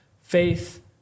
faith